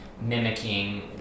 mimicking